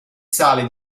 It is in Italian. sale